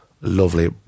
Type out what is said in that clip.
lovely